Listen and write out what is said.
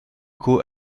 quo